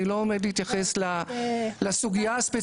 אני לא עומד להתייחס לסוגיה הספציפית.